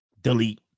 Delete